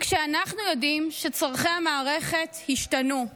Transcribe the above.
כשאנחנו יודעים שצורכי המערכת השתנו,